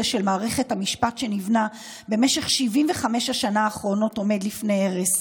של מערכת המשפט שנבנה במשך 75 השנה האחרונות עומד לפני הרס.